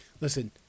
Listen